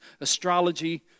astrology